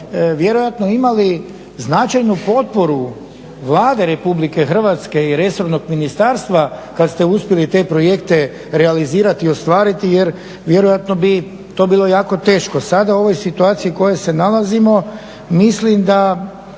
vjerojatno imali značajnu potporu Vlade Republike Hrvatske i resornog ministarstva kad ste uspjeli te projekte realizirati i ostvariti jer vjerojatno bi to bilo jako teško sada u ovoj situaciji u kojoj se nalazimo. Mislim da